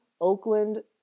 Oakland